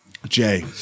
Jay